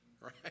Right